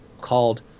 called